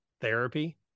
therapy